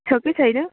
छ कि छैन